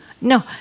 no